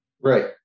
Right